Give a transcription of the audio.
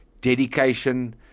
Dedication